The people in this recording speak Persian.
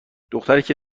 دختری